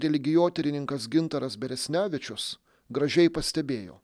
religijotyrininkas gintaras beresnevičius gražiai pastebėjo